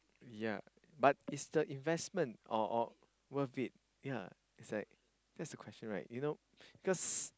yea but it's the investment or or worth it yea it's like that's the question right you know cause